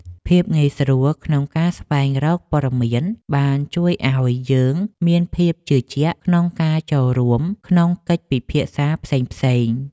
ភាពងាយស្រួលក្នុងការស្វែងរកព័ត៌មានជួយឱ្យយើងមានភាពជឿជាក់ក្នុងការចូលរួមក្នុងកិច្ចពិភាក្សាផ្សេងៗ។